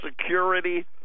Security